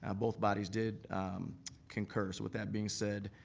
ah both bodies did concur. so with that being said.